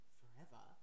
forever